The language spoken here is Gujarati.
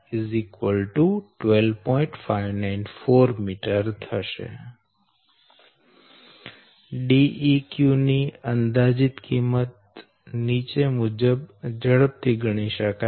594 m Deq ની અંદાજીત કિંમત નીચે મુજબ ઝડપ થી ગણી શકાય